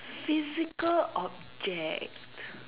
physical object